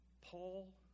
Paul